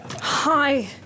Hi